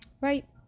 Right